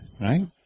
right